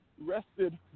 rested